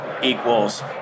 equals